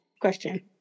question